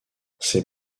ses